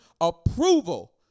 approval